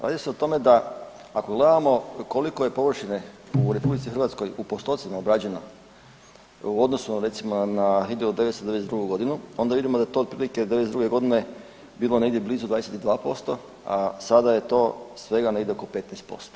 Radi se o tome da ako gledamo koliko je površine u RH u postocima obrađeno u odnosu na recimo 1992. godinu, onda vidimo da je to otprilike '92. godine bilo negdje blizu 22%, a sada je to svega negdje oko 15%